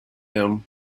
him